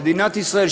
במדינת ישראל,